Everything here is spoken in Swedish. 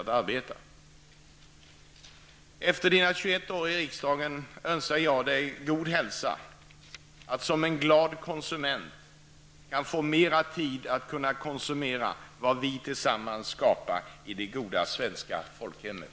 Efter Martin Olssons 21 år i riksdagen önskar jag honom god hälsa, och att han som en glad konsument får mer tid att kunna konsumera vad vi tillsammans skapar i det goda svenska folkhemmet.